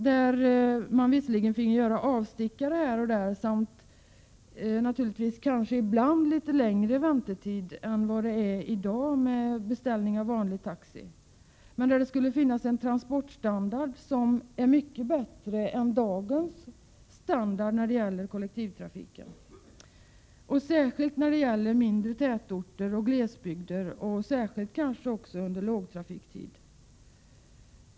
Man finge då visserligen göra avstickare här och där, och passagerarna skulle naturligtvis ibland få litet längre väntetid än vid beställning av taxi i dag, men man skulle få en mycket bättre transportstandard än vad som är fallet i dagens kollektivtrafik, särskilt i mindre tätorter och i glesbygder och kanske också under lågtrafiktid.